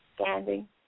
Standing